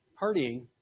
partying